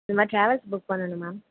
இந்த மாதிரி travels book பண்ணனும் மேம்